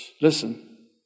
listen